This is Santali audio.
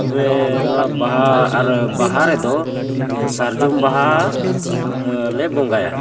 ᱛᱚᱵᱮ ᱱᱚᱣᱟ ᱵᱟᱦᱟ ᱟᱨ ᱵᱟᱦᱟ ᱨᱮᱫᱚ ᱥᱟᱨᱡᱚᱢ ᱵᱟᱦᱟ ᱞᱮ ᱵᱚᱸᱜᱟᱭᱟ